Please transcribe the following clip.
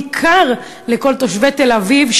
בעיקר לכל תושבי תל-אביב,